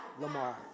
Lamar